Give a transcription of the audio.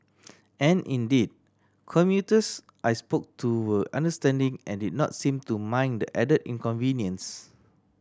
and indeed commuters I spoke to were understanding and did not seem to mind the added inconvenience